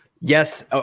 yes